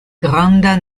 granda